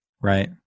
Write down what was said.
Right